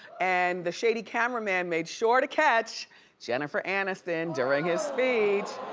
and the shady cameraman made sure to catch jennifer aniston during his speech.